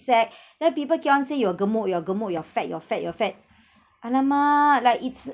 sec then people keep on saying you are gemuk you are gemuk you are fat you are fat you are fat !alamak! like it's